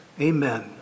Amen